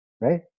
right